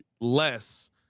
less